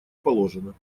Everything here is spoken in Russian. положено